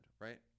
Right